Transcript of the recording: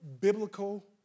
biblical